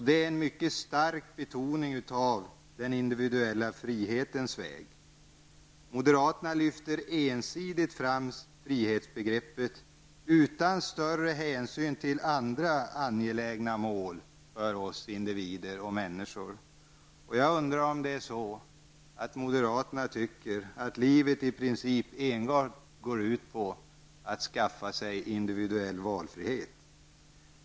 Det är den mycket starka betoningen av den individuella frihetens väg. Moderaterna lyfter ensidigt fram frihetsbegreppet utan större hänsyn till andra angelägna mål för oss individer och människor. Jag undrar om moderaterna tycker att livet i princip enbart går ut på att skaffa sig individuell valfrihet.